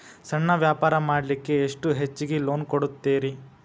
ಸಣ್ಣ ವ್ಯಾಪಾರ ಮಾಡ್ಲಿಕ್ಕೆ ಎಷ್ಟು ಹೆಚ್ಚಿಗಿ ಲೋನ್ ಕೊಡುತ್ತೇರಿ?